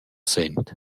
sent